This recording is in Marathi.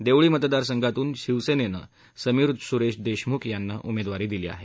देवळी मतदारसंघातून शिवसेनेने समीर सुरेश देशमुख यांना उमेदवारी दिली आहे